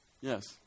yes